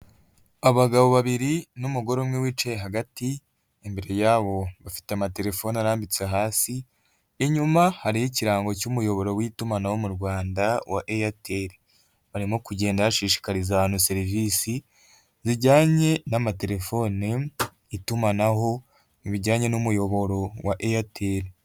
Abagabo babiri n'umugore umwe wicaye hagati, imbere yabo bafite amatelefone arambitse hasi inyuma hariho ikirango cy'umuyoboro w'itumanaho mu Rwanda wa Airtel. Barimo kugenda bashishikariza abantu serivisi zijyanye n'amatelefone, itumanaho bijyanye n'umuyoboro wa Airtel.